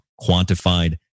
quantified